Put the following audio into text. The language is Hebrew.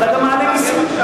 אתה גם מעלה מסים.